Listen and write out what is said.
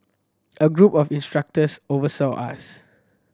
a group of instructors oversaw us